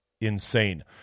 insane